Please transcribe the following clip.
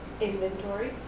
inventory